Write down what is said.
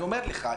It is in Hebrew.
אני אומר לך,